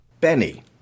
Benny